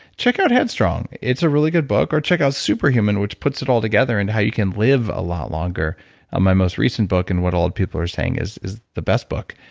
check out headstrong. it's a really good book. or check out super human, which puts it all together and how you can live a lot longer on my most recent book and what all people are saying is is the best book.